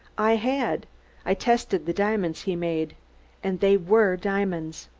i had i tested the diamonds he made and they were diamonds!